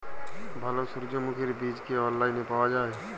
ভালো সূর্যমুখির বীজ কি অনলাইনে পাওয়া যায়?